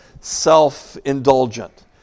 self-indulgent